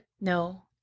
No